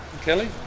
Kelly